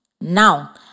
Now